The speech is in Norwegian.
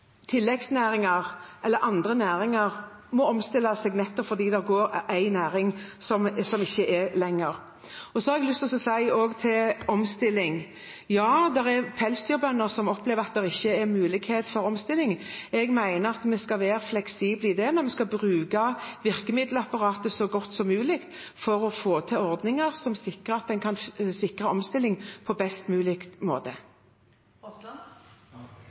næring ikke finnes lenger. Når det gjelder omstilling, har jeg også lyst til å si: Ja, det er pelsdyrbønder som opplever at det ikke er mulighet for omstilling. Jeg mener at vi skal være fleksible når det gjelder det, men vi skal bruke virkemiddelapparatet så godt som mulig for å få til ordninger som sikrer omstilling på best mulig måte. Jeg tolker da statsråden dit hen at hun vil bidra positivt med tanke på